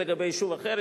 לגבי יישוב אחר,